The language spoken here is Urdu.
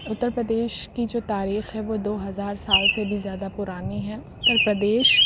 اتر پردیش کی جو تاریخ ہے وہ دو ہزار سال سے بھی زیادہ پرانی ہے اتر پردیش